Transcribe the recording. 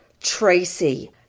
Tracy